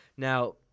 Now